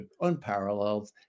unparalleled